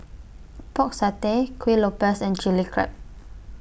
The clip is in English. Pork Satay Kuih Lopes and Chili Crab